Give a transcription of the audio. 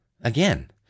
Again